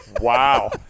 wow